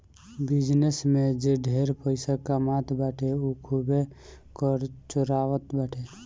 business में जे ढेर पइसा कमात बाटे उ खूबे कर चोरावत बाटे